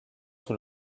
sous